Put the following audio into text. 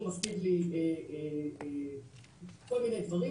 הוא משיג לי כל מיני דברים,